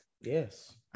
Yes